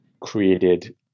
created